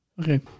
Okay